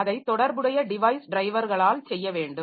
அதை தொடர்புடைய டிவைஸ் டிரைவர்களால் செய்ய வேண்டும்